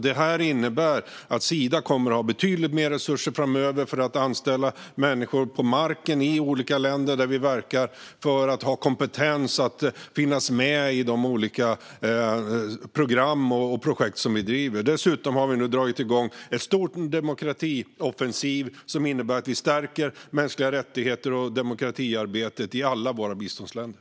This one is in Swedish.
Detta innebär att Sida framöver kommer att ha betydligt mer resurser för att anställa människor på marken i olika länder där vi verkar för att ha kompetens att finnas med i de olika program och projekt som vi driver. Dessutom har vi dragit igång en stor demokratioffensiv som innebär att vi stärker mänskliga rättigheter och demokratiarbetet i alla våra biståndsländer.